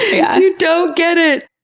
yeah and you don't get it.